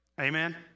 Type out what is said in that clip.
Amen